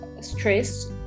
stress